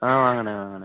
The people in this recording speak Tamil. ஆ வாங்கண்ண வாங்கண்ண